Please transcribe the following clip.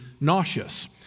nauseous